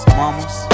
mamas